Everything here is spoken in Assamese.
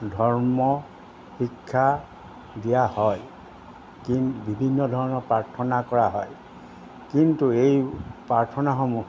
ধৰ্ম শিক্ষা দিয়া হয় কি বিভিন্ন ধৰণৰ প্ৰাৰ্থনা কৰা হয় কিন্তু এই প্ৰাৰ্থনাসমূহ